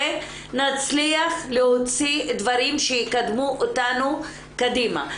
נצליח להוציא דברים שיקדמו אותנו קדימה.